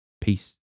Peace